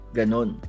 ganon